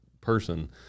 person